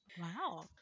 Wow